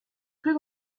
plus